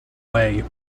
way